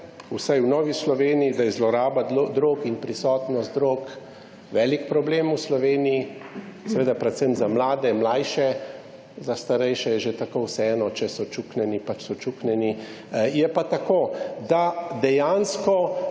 vsaj v Novi Sloveniji, da je zloraba drog in prisotnost drog velik problem v Sloveniji. Seveda predvsem za mlade, mlajše, z starejše je že tako vseeno, če so čuknjeni, pač so čuknjeni. Je pa tako, da dejansko,